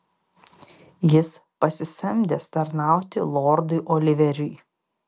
jis pasisamdęs tarnauti lordui oliveriui